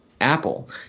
Apple